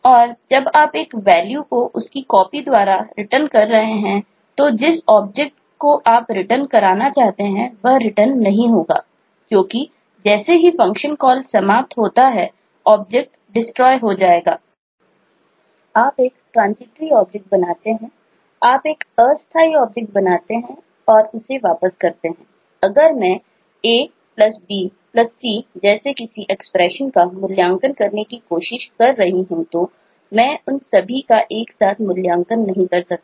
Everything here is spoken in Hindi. और जब आप एक वैल्यू का मूल्यांकन करने की कोशिश कर रहा हूँ तो मैं उन सभी का एक साथ मूल्यांकन नहीं कर सकता